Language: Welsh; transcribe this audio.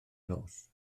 nos